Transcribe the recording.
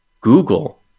Google